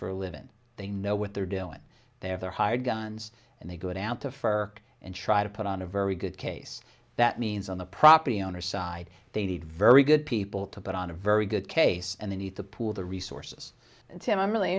for a living they know what they're doing they have their hired guns and they go down to for and try to put on a very good case that means on the property owner side they need very good people to put on a very good case and they need to pool their resources and tim i'm really